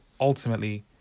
ultimately